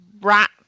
rat